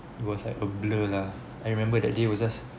it was like a blur lah I remember that day was just